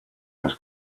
was